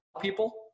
people